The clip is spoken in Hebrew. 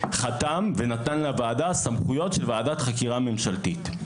חתם ונתן לוועדה סמכויות של ועדת חקירה ממשלתית.